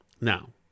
now